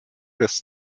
des